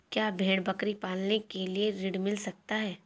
क्या भेड़ बकरी पालने के लिए ऋण मिल सकता है?